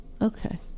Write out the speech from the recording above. Okay